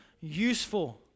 Useful